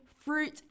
fruit